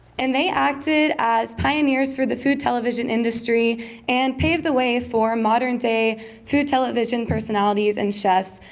and they acted as pioneers for the food television industry and paved the way for modern-day food television personalities and chefs.